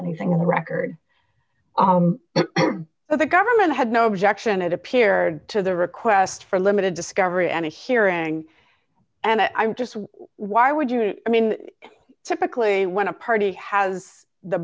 anything in the record that the government had no objection it appeared to the request for limited discovery and a hearing and i'm just why would you i mean typically when a party has the